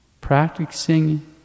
Practicing